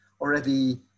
already